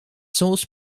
source